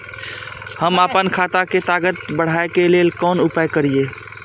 हम आपन खेत के ताकत बढ़ाय के लेल कोन उपाय करिए?